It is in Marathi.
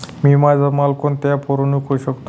मी माझा माल कोणत्या ॲप वरुन विकू शकतो?